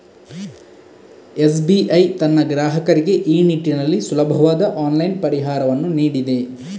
SBI ತನ್ನ ಗ್ರಾಹಕರಿಗೆ ಈ ನಿಟ್ಟಿನಲ್ಲಿ ಸುಲಭವಾದ ಆನ್ಲೈನ್ ಪರಿಹಾರವನ್ನು ನೀಡಿದೆ